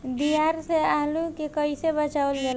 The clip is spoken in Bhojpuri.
दियार से आलू के कइसे बचावल जाला?